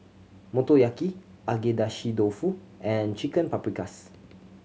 Motoyaki Agedashi Dofu and Chicken Paprikas